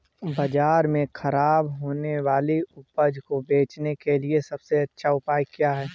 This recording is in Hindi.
बाज़ार में खराब होने वाली उपज को बेचने के लिए सबसे अच्छा उपाय क्या हैं?